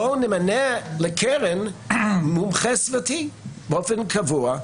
בואו נמנה לקרן מומחה סביבתי באופן קבוע,